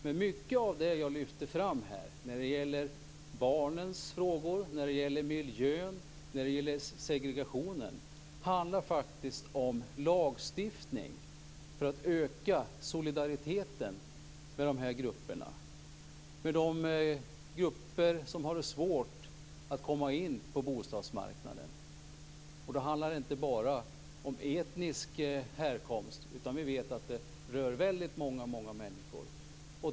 Men mycket av det jag lyfte fram här, när det gäller barnens frågor, miljön och segregationen, handlar faktiskt om lagstiftning för att öka solidariteten med de här grupperna, de grupper som har det svårt att komma in på bostadsmarknaden. Då handlar det inte bara om etnisk härkomst, utan vi vet att det rör väldigt många människor.